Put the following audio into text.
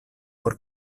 por